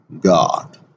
God